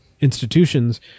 institutions